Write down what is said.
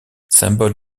symbole